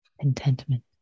contentment